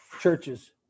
Churches